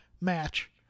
match